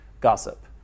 gossip